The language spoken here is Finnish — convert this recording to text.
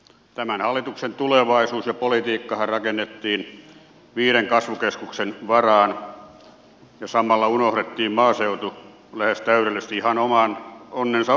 tämän hallituksen tulevaisuus ja politiikkahan rakennettiin viiden kasvukeskuksen varaan ja samalla unohdettiin maaseutu lähes täydellisesti ihan oman onnensa nojaan